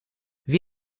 wie